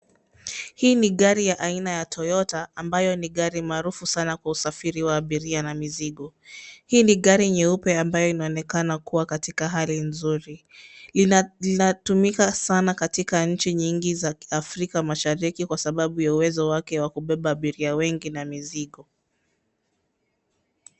Hii ni gari aina ya Toyota, ambayo ni gari maarufu sana kwa usafiri wa abiria na mizigo. Hii ni gari nyeupe ambayo inaonekana kuwa katika hali nzuri. Linatumika sana katika nchi nyingi za Afrika Mashariki kwa sababu ya uwezo wake wa kubeba abiria wengi na mizigo.